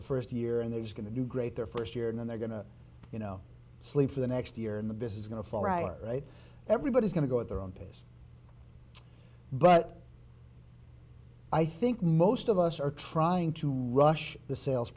the first year and they're just going to do great their first year and then they're going to you know sleep for the next year in the business is going to fall right right everybody's going to go their own place but i think most of us are trying to rush the sales